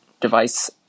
device